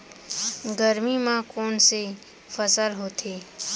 गरमी मा कोन से फसल होथे?